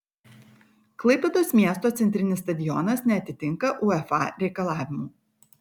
klaipėdos miesto centrinis stadionas neatitinka uefa reikalavimų